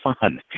fun